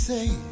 say